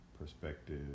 perspective